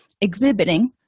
exhibiting